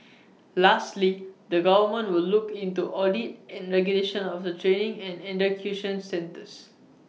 lastly the government will look into audit and regulation of the training and education sectors